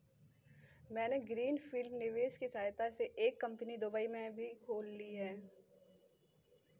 मैंने green field निवेश की सहायता से एक कंपनी दुबई में भी खोल ली है